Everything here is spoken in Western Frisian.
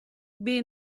bin